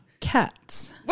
cats